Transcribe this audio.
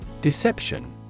Deception